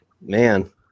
man